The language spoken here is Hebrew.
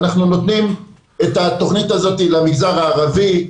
אנחנו נותנים את התוכנית הזו למגזר הערבי,